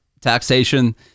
taxation